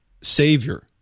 Savior